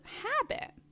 habit